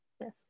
yes